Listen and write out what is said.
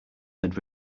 had